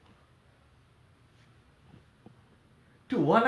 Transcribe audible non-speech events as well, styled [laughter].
[laughs] no brother he's one nine three [laughs]